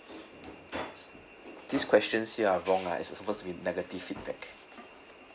these questions here are wrong ah it's supposed to be negative feedback